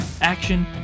action